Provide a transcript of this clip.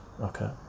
okay